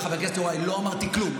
חבר הכנסת יוראי, לא אמרתי כלום.